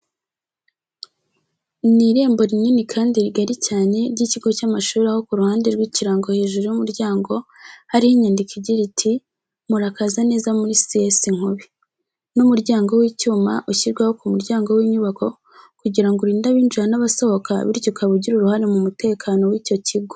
Ni irembo rinini kandi rigari cyane ry'ikigo cy'amashuri aho ku ruhande rw’ikirango hejuru y’umuryango hariho inyandiko igira iti murakaza neza muri CS Nkubi. Ni umuryango w’icyuma ushyirwaho ku muryango w’inyubako kugira ngo urinde abinjira n’abasohoka bityo ukaba ugira uruhare mu mutekano w’icyo kigo.